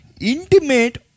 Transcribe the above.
intimate